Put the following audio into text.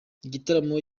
igitaramo